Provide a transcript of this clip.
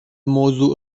موضوع